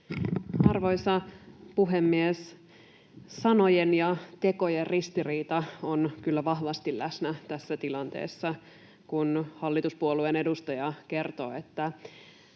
Arvoisa puhemies! Sanojen ja tekojen ristiriita on kyllä vahvasti läsnä tässä tilanteessa, kun hallituspuolueen edustaja kertoo, että